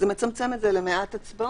זה מצמצם את זה למעט הצבעות.